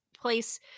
place